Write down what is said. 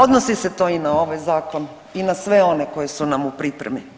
Odnosi se to i na ovaj zakon i na sve one koji su nam u pripremi?